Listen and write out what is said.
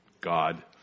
God